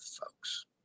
folks